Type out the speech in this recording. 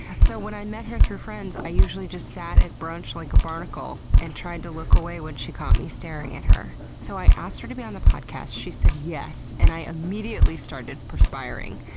so when i met her through friends, i usually just sat at brunch like a barnacle and tried to look away when she caught me staring at her. so i asked her to be on the podcast, she said yes, and i immediately started perspiring.